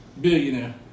Billionaire